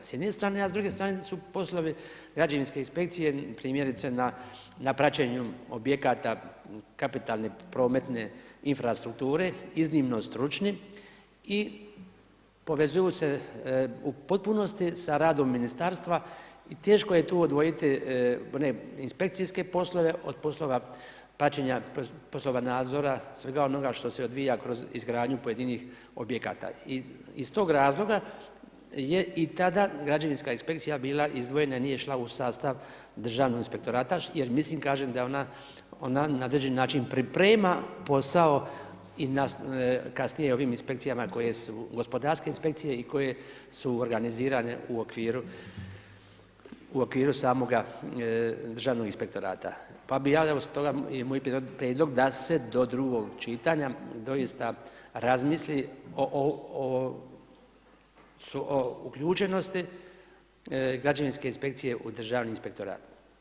S jedne strane, a s druge strane su poslove građevinske inspekcije, primjerice na praćenju objekata kapitalne, prometne infrastrukture, iznimno stručni i povezuju se u potpunosti sa radom Ministarstva, i teško je tu odvojiti one inspekcijske poslove od poslova praćenja, poslova nadzora, svega onoga što se odvija kroz izgradnju pojedinih objekata i iz tog razloga je i tada građevinska inspekcija bila izdvojena i nije išla u sastav državnoga inspektorata, jer mislim, kažem, mislim da je ona na određeni način priprema posao kasnije ovim inspekcijama koje su gospodarske inspekcije i koje se organizirane u okviru samoga državnoga inspektorata, pa bi ja evo stoga je moj prijedlog da se do drugog čitanja doista razmisli o uključenosti građevinske inspekcije u državni inspektorat.